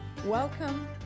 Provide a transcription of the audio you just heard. Welcome